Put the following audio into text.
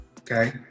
okay